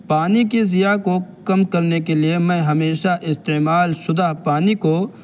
پانی کے ضیاع کو کم کرنے کے لیے میں ہمیشہ استعمال شدہ پانی کو